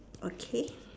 okay